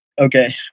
Okay